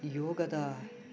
ಯೋಗದ